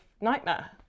nightmare